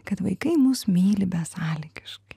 kad vaikai mus myli besąlygiškai